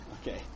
Okay